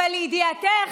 אבל לידיעתך,